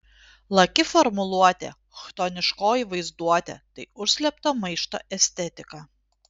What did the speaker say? laki formuluotė chtoniškoji vaizduotė tai užslėpto maišto estetika